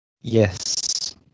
Yes